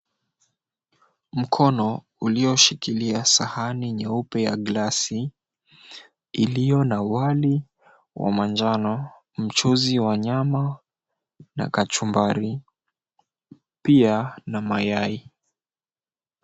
Mkono, ulioshikilia sahani nyeupe ya glasi, iliyo na wali wa manjano, mchuzi wa nyama na kachumbari. Pia, kuna mayai.